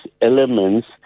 elements